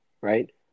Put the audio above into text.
right